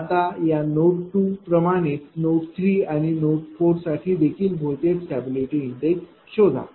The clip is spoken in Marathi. आता या नोड 2 प्रमाणे नोड 3 आणि नोड 4 साठी देखील व्होल्टेज स्टॅबिलिटी इंडेक्स शोधा